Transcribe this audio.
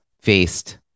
faced